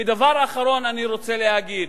ודבר אחרון אני רוצה להגיד: